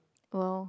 well